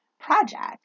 project